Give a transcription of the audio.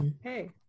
Hey